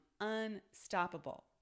unstoppable